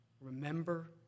Remember